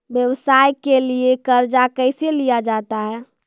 व्यवसाय के लिए कर्जा कैसे लिया जाता हैं?